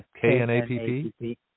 K-N-A-P-P